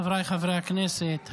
חבריי חברי הכנסת,